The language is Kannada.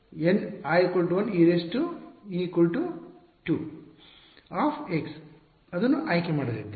ಆದ್ದರಿಂದ ನಾನು Wm N i1e2 ಅನ್ನು ಆಯ್ಕೆ ಮಾಡಲಿದ್ದೇನೆ